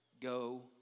Go